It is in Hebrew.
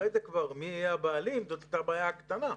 אחר כך, מי הבעלים, זו בעיה קטנה.